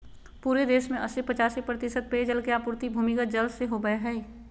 पूरे देश में अस्सी पचासी प्रतिशत पेयजल के आपूर्ति भूमिगत जल से होबय हइ